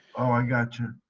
oh, i gotcha.